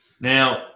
Now